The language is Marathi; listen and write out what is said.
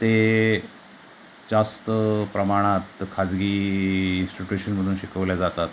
ते जास्त प्रमाणात खाजगी मधून शिकवल्या जातात